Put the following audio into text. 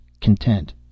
content